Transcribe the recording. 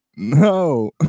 No